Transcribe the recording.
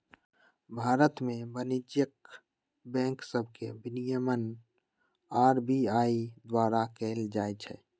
भारत में वाणिज्यिक बैंक सभके विनियमन आर.बी.आई द्वारा कएल जाइ छइ